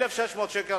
1,600 שקלים.